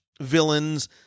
villains